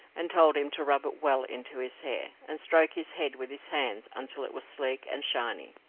and told him to rub it well into his hair, and stroke his head with his hands until it was sleek and shiny.